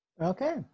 Okay